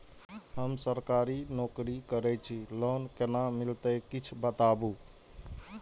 हम सरकारी नौकरी करै छी लोन केना मिलते कीछ बताबु?